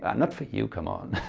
ah not for you, come on.